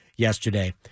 yesterday